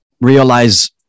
realize